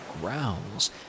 growls